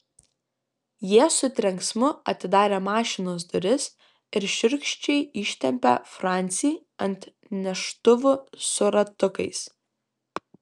jie su trenksmu atidarė mašinos duris ir šiurkščiai ištempė francį ant neštuvų su ratukais